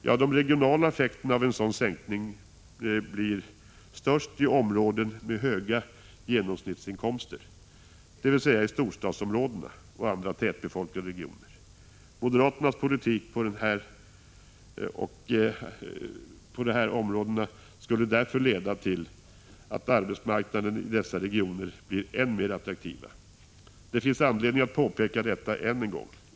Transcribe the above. Ja, de regionala effekterna av en sådan sänkning blir störst i områden där man har höga genomsnittsinkomster, dvs. i storstadsområdena och i andra tätbefolkade regioner. Moderaternas politik på de här områdena skulle därför leda till att arbetsmarknaden i dessa regioner blev ännu mer attraktiv. Det finns anledning att påpeka detta ännu en gång.